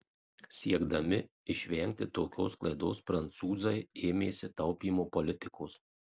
siekdami išvengti tokios klaidos prancūzai ėmėsi taupymo politikos